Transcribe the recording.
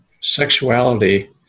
sexuality